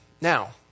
Now